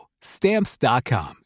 Stamps.com